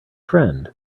friend